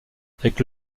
avec